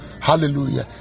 hallelujah